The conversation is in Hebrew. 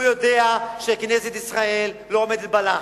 הוא יודע שכנסת ישראל לא עומדת בלחץ,